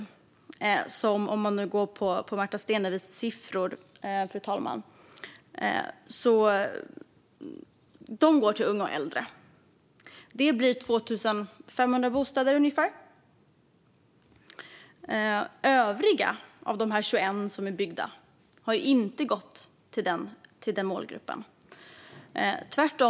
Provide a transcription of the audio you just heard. Detta bör man särskilt ta till sig givet att man säger att det ska gå till målgruppen unga och äldre. Av de 21 000 som är byggda har övriga inte gått till denna målgrupp.